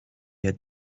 had